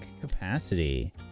capacity